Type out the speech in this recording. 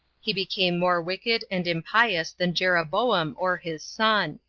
he became more wicked and impious than jeroboam or his son.